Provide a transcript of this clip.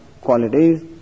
qualities